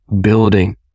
building